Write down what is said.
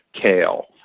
kale